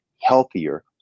healthier